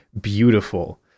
beautiful